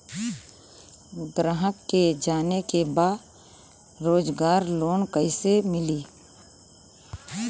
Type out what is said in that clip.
ग्राहक के जाने के बा रोजगार लोन कईसे मिली?